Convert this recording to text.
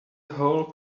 whole